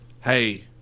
hey